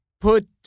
put